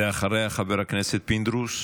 גברתי, ואחריה, חבר הכנסת פינדרוס.